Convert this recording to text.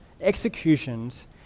executions